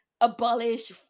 abolish